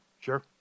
Sure